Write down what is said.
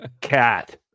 Cat